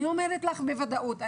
אני אומרת לך בוודאות.